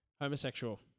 homosexual